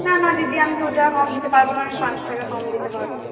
না না দিদি আমি দু টাকা কম দিতে পারবো না আমি পাঁচ টাকা কম দিতে পারবো